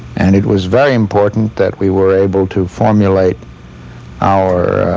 and it was very important that we were able to formulate our